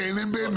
מדוע